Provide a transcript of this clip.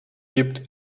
gibt